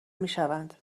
میشوند